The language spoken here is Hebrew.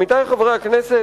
עמיתי חברי הכנסת,